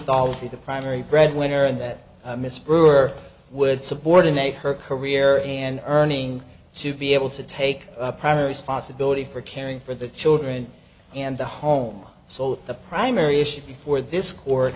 be the primary breadwinner and that mrs brewer would subordinate her career and earning to be able to take primary responsibility for caring for the children and the home so that the primary issue before this court